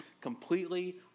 completely